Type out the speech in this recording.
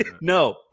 No